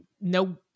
no